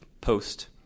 post